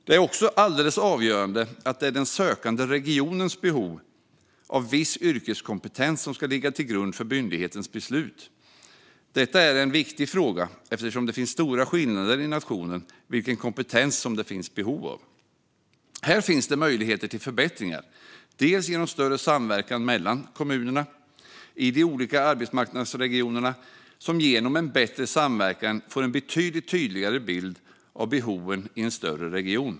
Det är också alldeles avgörande att det är den sökande regionens behov av viss yrkeskompetens som ska ligga till grund för myndighetens beslut. Det är en viktig fråga eftersom det finns stora skillnader i nationen när det gäller vilken kompetens som det finns behov av. Här finns det möjlighet till förbättringar. Det kan ske genom större samverkan mellan kommunerna i de olika arbetsmarknadsregionerna, som genom bättre samverkan får en betydligt tydligare bild av behoven i en större region.